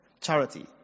Charity